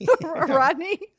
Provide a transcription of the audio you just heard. Rodney